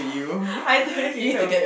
I think so